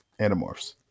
animorphs